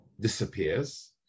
disappears